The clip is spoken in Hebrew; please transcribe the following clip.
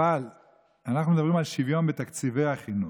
אבל אנחנו מדברים על שוויון בתקציבי החינוך,